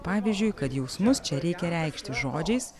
pavyzdžiui kad jausmus čia reikia reikšti žodžiais